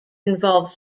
involved